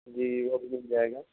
جی وہ بھی مل جائے گا